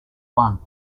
one